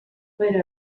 per